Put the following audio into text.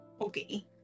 okay